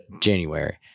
January